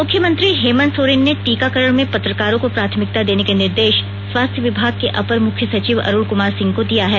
मूख्यमंत्री हेमंत सोरेन ने टीकाकरण में पत्रकारों को प्राथमिकता देने के निर्देश स्वास्थ्य विभाग के अपर मुख्य सचिव अरुण कमार सिंह को दिया है